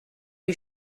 lui